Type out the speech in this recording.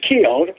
killed